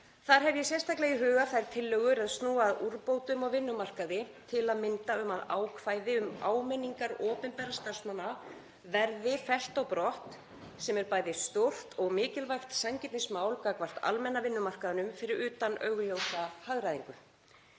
Þar hef ég sérstaklega í huga þær tillögur er snúa að úrbótum á vinnumarkaði, til að mynda um að ákvæði um áminningar opinberra starfsmanna verði fellt á brott, sem er bæði stórt og mikilvægt sanngirnismál gagnvart almenna vinnumarkaðnum fyrir utan augljósa hagræðingu.